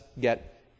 get